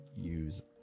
use